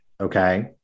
okay